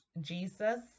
Jesus